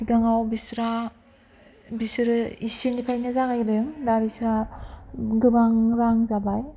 सिगाङाव बिस्रा बिसोरो एसेनिफ्रायनो जागायदों दा बिस्रा गोबां रां जाबाय